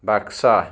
Baksa